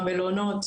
המלונות,